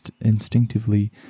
instinctively